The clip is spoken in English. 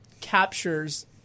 captures